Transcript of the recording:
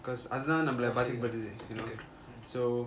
'cause அது தான் நம்மள பாதிக்க பாத்தது:athu thaan nammala baathika pathathu so